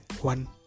one